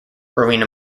rowena